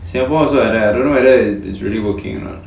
singapore also like that I don't know whether it is really working or not